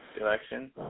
election